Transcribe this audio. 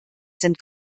sind